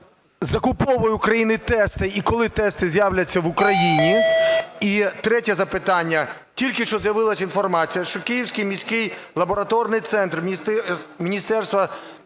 закуповує Україна тести і коли тести з'являться в Україні? І третє запитання. Тільки що з'явилась інформація, що Київський міський лабораторний центр Міністерства